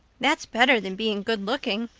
that's better than being good looking.